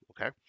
okay